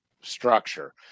structure